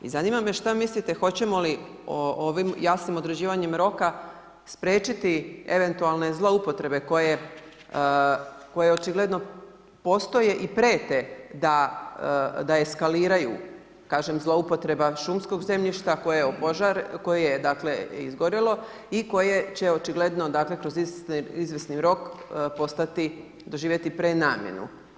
I zanima me šta mislite hoćemo li ovim jasnim određivanjem roka, spriječiti eventualne zloporabe koje očigledno postoje i prijete, da eskaliraju, kažem zlouporaba šumskog zemljišta koje je dakle, izgorjelo i koje će očigledno, dakle, kroz izvjesni rok, postati, doživjeti prenamjeru.